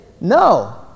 no